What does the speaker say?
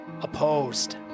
Opposed